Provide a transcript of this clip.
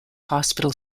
hospital